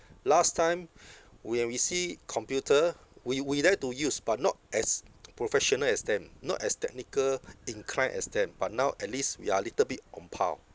last time when we see computer we we dare to use but not as professional as them not as technical inclined as them but now at least we are little bit on par